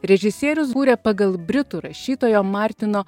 režisierius kūrė pagal britų rašytojo martino